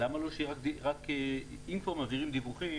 אם כבר מעבירים דיווחים,